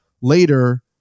later